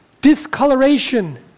discoloration